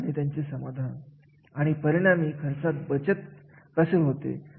त्याला योग्य ठिकाणी ठेवू नये आणि या सगळ्यांच्या सारांश घेऊन त्या कार्याचे मूल्यमापन करणे